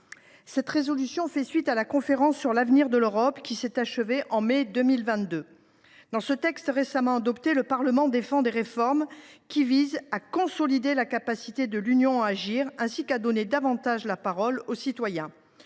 Cette résolution fait suite à la Conférence sur l’avenir de l’Europe, qui s’est achevée en mai 2022. Dans ce texte récemment adopté, le Parlement défend des réformes qui visent à « consolider la capacité de l’Union à agir, ainsi qu’à donner davantage la parole aux citoyens